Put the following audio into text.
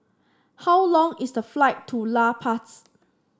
how long is the flight to La Paz